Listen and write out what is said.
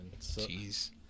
Jeez